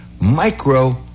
micro